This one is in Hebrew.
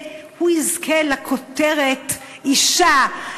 שהוא יזכה לכותרת "אישה",